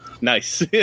Nice